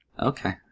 Okay